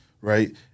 Right